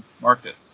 market